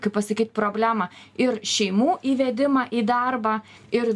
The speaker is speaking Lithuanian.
kaip pasakyt problemą ir šeimų įvedimą į darbą ir